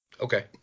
Okay